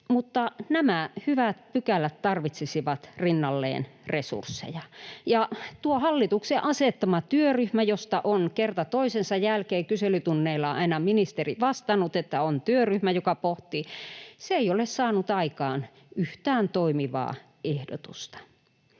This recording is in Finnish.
mutta nämä hyvät pykälät tarvitsisivat rinnalleen resursseja. Tuo hallituksen asettama työryhmä, josta on kerta toisensa jälkeen kyselytunneilla aina ministeri vastannut, että on työryhmä, joka pohtii, ei ole saanut aikaan yhtään toimivaa ehdotusta.